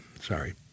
Sorry